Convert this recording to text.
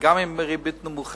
גם אם היא ריבית נמוכה